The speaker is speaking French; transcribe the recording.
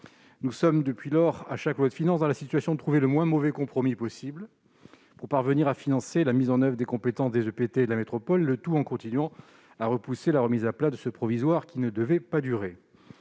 nous trouvons depuis lors, à chaque loi de finances, dans la situation d'arrêter le moins mauvais compromis possible pour parvenir à financer la mise en oeuvre des compétences des EPT et de la métropole, le tout en continuant à repousser la remise à plat de ce dispositif provisoire qui ne devait pas durer.